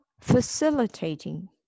facilitating